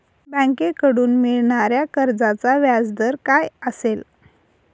बँकेकडून मिळणाऱ्या कर्जाचा व्याजदर काय असेल?